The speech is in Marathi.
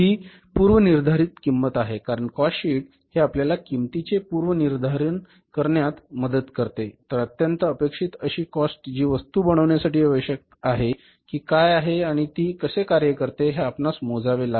ही पूर्वनिर्धारित किंमत आहे कारण कॉस्ट शीट हे आपल्याला किंमतीचे पूर्वनिर्धारण करण्यात मदत करतेतर अत्यंत अपेक्षित अशी कॉस्ट जी वस्तू बनवण्यासाठी आवश्यक आहे कि काय आहे आणि ती कसे कार्य करते हे आपणास मोजावे लागेल